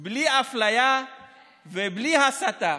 לחיות בלי אפליה ובלי הסתה?